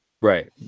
right